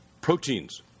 proteins